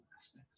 aspects